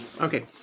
Okay